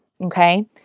okay